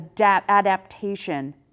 adaptation